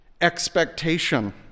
expectation